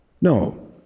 no